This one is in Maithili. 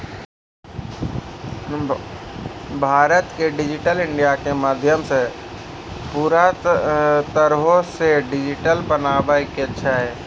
भारतो के डिजिटल इंडिया के माध्यमो से पूरा तरहो से डिजिटल बनाबै के छै